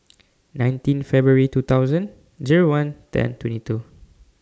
nineteen February two thousand Zero one ten twenty two